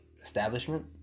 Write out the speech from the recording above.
establishment